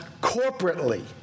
corporately